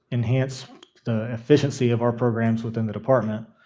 enhance the efficiency of our programs within the department,